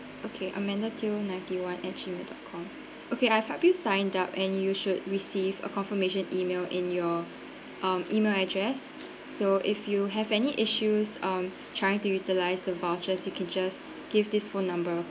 okay amanda teoh ninety one at gmail dot com okay I've help you signed up and you should receive a confirmation email in your um email address so if you have any issues um trying to utilise the vouchers you can just give this phone number